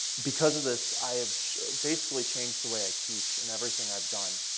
because of this, i have basically changed the way i teach in everything i've done.